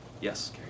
Yes